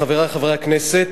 תודה, חברי חברי הכנסת,